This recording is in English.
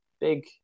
big